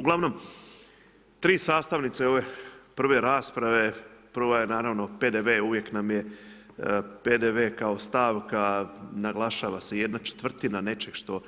Uglavnom, tri sastavnice ove prve rasprave, prvo je naravno PDV, uvijek nam je PDV kao stavka, naglašava se jedna četvrtina nečeg što